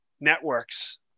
networks